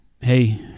hey